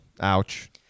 Ouch